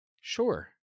sure